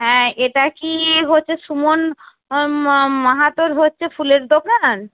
হ্যাঁ এটা কি হচ্ছে সুমন মাহাতোর হচ্ছে ফুলের দোকান